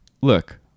look